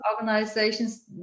organizations